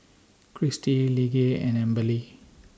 Kristi Lige and Amberly